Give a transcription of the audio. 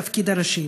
בתפקיד הראשי.